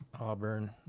Auburn